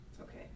Okay